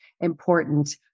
important